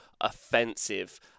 offensive